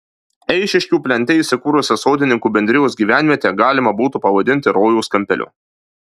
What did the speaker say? eišiškių plente įsikūrusią sodininkų bendrijos gyvenvietę galima būtų pavadinti rojaus kampeliu